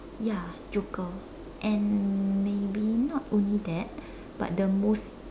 ya joker and maybe not only that but the most